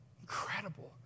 Incredible